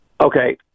Okay